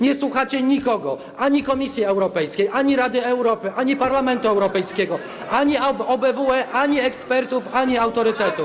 Nie słuchacie nikogo - ani Komisji Europejskiej, ani Rady Europy, ani Parlamentu Europejskiego, ani OBWE, ani ekspertów, ani autorytetów.